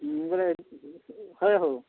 ବେଲେ ହଏ ହୋ